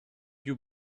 you